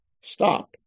Stop